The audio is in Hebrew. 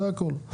זה הכול.